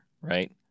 right